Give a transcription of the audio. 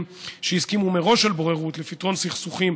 שהסכימו מראש על בוררות לפתרון סכסוכים